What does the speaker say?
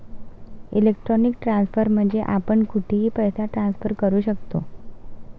electronic transfer म्हणजे आपण कुठेही पैसे ट्रान्सफर करू शकतो